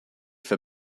for